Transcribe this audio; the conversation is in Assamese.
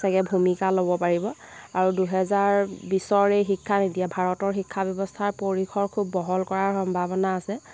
চাগৈ ভূমিকা ল'ব পাৰিব আৰু দুহেজাৰ বিছৰ এই শিক্ষানীতিয়ে ভাৰতৰ শিক্ষা ব্যৱস্থাৰ পৰিসৰ খুব বহল কৰাৰ সম্ভাৱনা আছে